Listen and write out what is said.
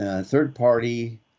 third-party